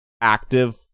active